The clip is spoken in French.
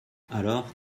alors